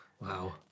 Wow